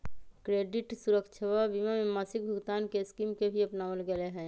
credit सुरक्षवा बीमा में मासिक भुगतान के स्कीम के भी अपनावल गैले है